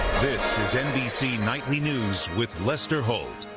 this is nbc nightly news with lester holt.